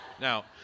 Now